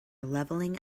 leveling